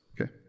okay